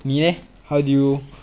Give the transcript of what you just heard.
你 leh how do you